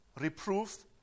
reproof